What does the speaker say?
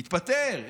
הוא התפטר.